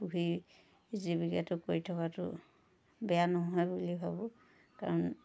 পুহি জীৱিকাটো কৰি থকাতো বেয়া নোহোৱা বুলি ভাবোঁ কাৰণ